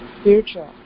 spiritual